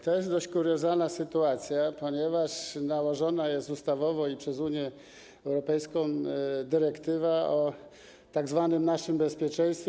To jest dość kuriozalna sytuacja, ponieważ nałożona jest ustawowo i przez Unię Europejską dyrektywa o tzw. naszym bezpieczeństwie.